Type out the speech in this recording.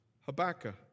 Habakkuk